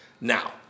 Now